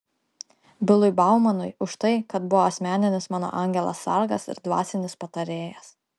bilui baumanui už tai kad buvo asmeninis mano angelas sargas ir dvasinis patarėjas